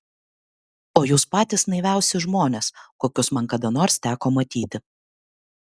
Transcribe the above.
o jūs patys naiviausi žmonės kokius man kada nors teko matyti